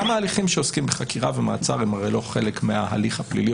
גם ההליכים שעוסקים בחקירה ומעצר הם הרי לא חלק מההליך הפלילי,